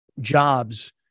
jobs